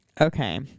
Okay